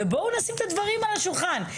ובואו נשים את הדברים על השולחן.